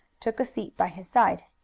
took a seat by his side.